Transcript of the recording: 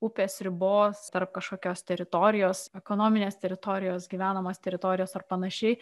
upės ribos tarp kažkokios teritorijos ekonominės teritorijos gyvenamos teritorijos ar panašiai